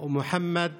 ומוחמד